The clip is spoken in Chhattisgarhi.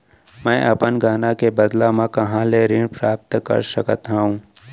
मै अपन गहना के बदला मा कहाँ ले ऋण प्राप्त कर सकत हव?